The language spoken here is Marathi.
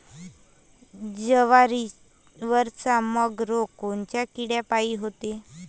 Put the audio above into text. जवारीवरचा मर रोग कोनच्या किड्यापायी होते?